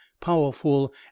powerful